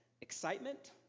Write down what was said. excitement